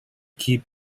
keep